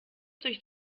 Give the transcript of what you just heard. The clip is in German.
durch